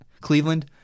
Cleveland